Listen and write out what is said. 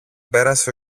πέρασε